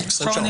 20 שעות.